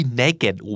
naked